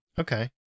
Okay